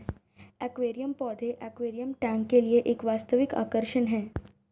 aquarium पौधे aquarium tank के लिए एक वास्तविक आकर्षण है